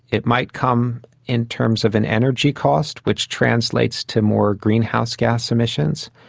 it might come in terms of an energy cost which translates to more greenhouse gas emissions,